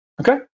Okay